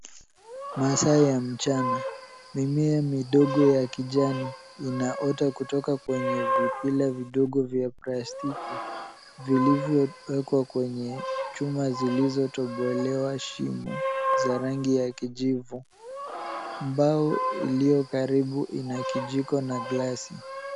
Masaa ya mchana mimea midogo ya kijani ina ota kutoka kwenye vipile vidogo vya plastiki vilivyo kuwa kwenye chuma zilizo rangi ya kijivu, mbao ilio karibu ina kijiko na glasi.